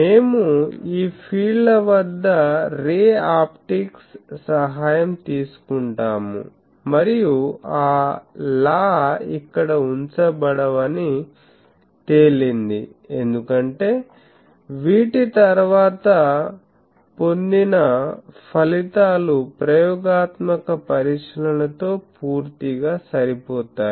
మేము ఈ ఫీల్డ్ ల వద్ద రే ఆప్టిక్స్ సహాయం తీసుకుంటాము మరియు ఆ లా ఇక్కడ ఉంచబడవని తేలింది ఎందుకంటే వీటి తర్వాత పొందిన ఫలితాలు ప్రయోగాత్మక పరిశీలనలతో పూర్తిగా సరిపోతాయి